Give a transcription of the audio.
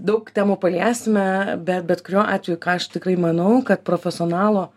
daug temų paliesime bet bet kuriuo atveju ką aš tikrai manau kad profesionalo